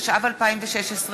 התשע"ו 2016,